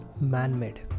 man-made